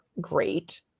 great